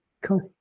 Cool